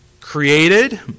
created